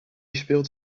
speelt